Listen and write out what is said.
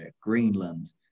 Greenland